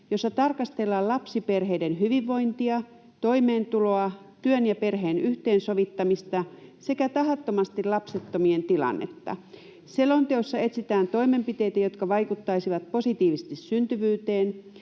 jossa tarkastellaan lapsiperheiden hyvinvointia, toimeentuloa, työn ja perheen yhteensovittamista sekä tahattomasti lapsettomien tilannetta. Selonteossa etsitään toimenpiteitä, jotka vaikuttaisivat positiivisesti syntyvyyteen.